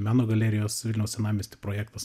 meno galerijos vilniaus senamiesty projektas